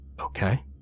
Okay